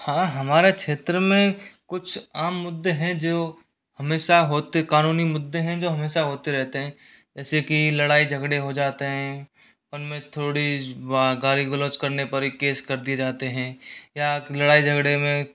हाँ हमारा क्षेत्र में कुछ आम मुद्दे हैं जो हमेशा होते कानूनी मुद्दे हैं जो हमेशा होते रहते हैं जैसे कि लड़ाई झगडे़ हो जाते हैं उनमें थोड़ी वा गाली गलौच करने पर ही केस कर दिए जाते हैं या लड़ाई झगड़े में